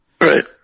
Right